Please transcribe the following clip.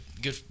good